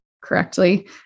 correctly